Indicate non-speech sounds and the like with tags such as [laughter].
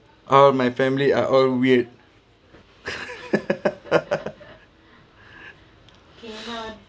all my family are all weird [laughs]